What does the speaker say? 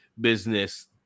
business